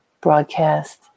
broadcast